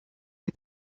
lui